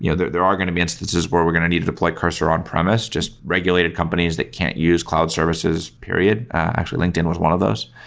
yeah there there are going to be instances where we're going to need to deploy cursor on-premise just regulated companies that can't use cloud services. actually, linkedin was one of those.